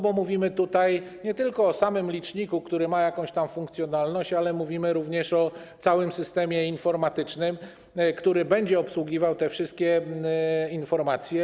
Bo mówimy tutaj nie tylko o samym liczniku, który ma jakąś funkcjonalność, ale mówimy również o całym systemie informatycznym, który będzie obsługiwał te wszystkie informacje.